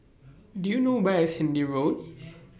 Do YOU know Where IS Hindhede Road